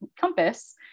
compass